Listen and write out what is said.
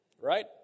Right